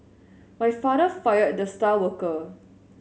my father fired the star worker